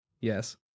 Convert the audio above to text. yes